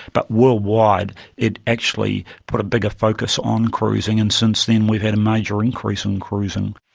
but worldwide it actually put a bigger focus on cruising and since then we've had a major increase in cruising.